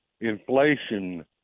inflation